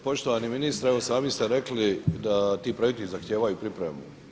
Poštovani ministre, evo sami ste rekli da ti projekti zahtijevaju pripremu.